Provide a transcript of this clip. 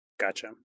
Gotcha